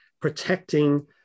protecting